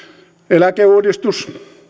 eläkeuudistus